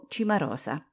Cimarosa